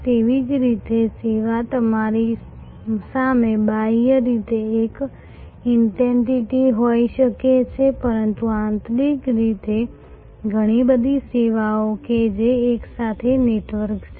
તેવી જ રીતે સેવા તમારી સામે બાહ્ય રીતે એક એન્ટિટી હોઈ શકે છે પરંતુ આંતરિક રીતે ઘણી બધી સેવાઓ કે જે એકસાથે નેટવર્ક છે